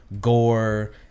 gore